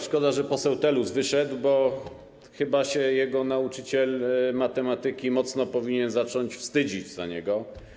Szkoda, że poseł Telus wyszedł, bo chyba jego nauczyciel matematyki mocno powinien zacząć się wstydzić za niego.